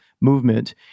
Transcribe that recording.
movement